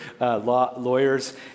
lawyers